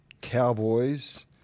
Cowboys